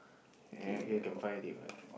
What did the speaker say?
and you can find already [what]